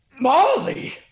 Molly